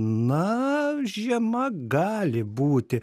na žiema gali būti